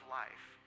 life